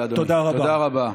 תודה לאדוני, תודה רבה.